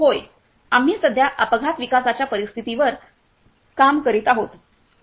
होय आम्ही सध्या अपघात विकासाच्या परिस्थितीवर काम करीत आहोत